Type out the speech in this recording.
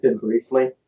briefly